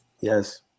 Yes